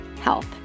health